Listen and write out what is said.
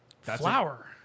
Flour